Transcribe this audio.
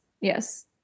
Yes